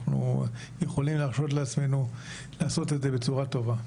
אנחנו יכולים להרשות לעצמנו לעשות את זה בצורה טובה.